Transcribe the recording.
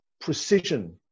precision